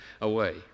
away